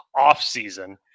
offseason